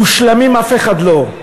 מושלם, אף אחד לא,